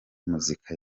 muzika